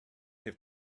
have